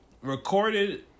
Recorded